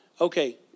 okay